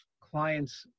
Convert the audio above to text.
clients